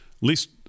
least